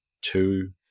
two